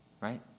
right